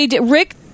Rick